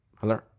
hello